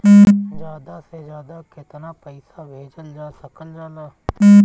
ज्यादा से ज्यादा केताना पैसा भेजल जा सकल जाला?